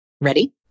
Ready